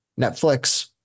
Netflix